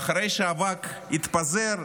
ואחרי שהאבק התפזר,